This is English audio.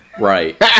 Right